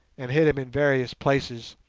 and hit him in various places,